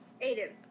Aiden